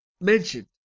mentioned